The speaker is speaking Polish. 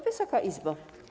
Wysoka Izbo!